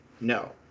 No